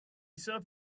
serve